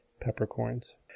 peppercorns